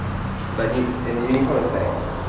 like and the uniform is like